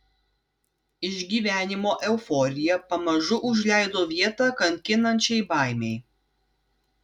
išgyvenimo euforija pamažu užleido vietą kankinančiai baimei